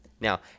Now